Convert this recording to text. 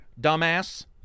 dumbass